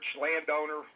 landowner